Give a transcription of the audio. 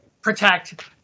protect